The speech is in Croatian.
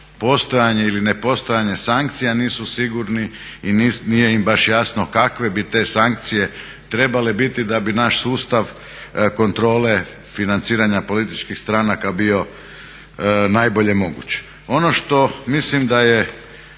postojanje ili nepostojanje sankcija nisu sigurni i nije im baš jasno kakve bi te sankcije trebale biti da bi naš sustav kontrole financiranja političkih stranaka bio najbolje moguć. Ono što mislim da je